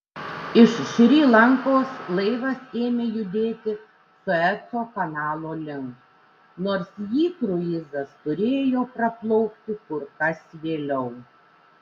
iš šri lankos laivas ėmė judėti sueco kanalo link nors jį kruizas turėjo praplaukti kur kas vėliau